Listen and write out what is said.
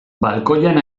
balkoian